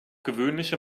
gewöhnliche